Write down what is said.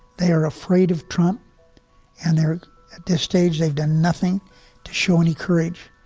they are afraid of trump and they're at this stage. they've done nothing to show any courage,